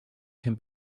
can